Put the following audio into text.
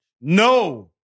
No